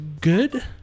good